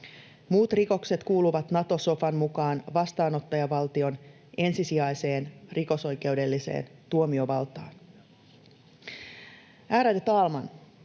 Muut rikokset kuuluvat Nato-sofan mukaan vastaanottajavaltion ensisijaiseen rikosoikeudelliseen tuomiovaltaan. Ärade talman!